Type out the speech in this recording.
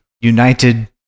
united